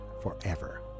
forever